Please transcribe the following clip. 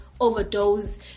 overdose